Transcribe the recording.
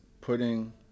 putting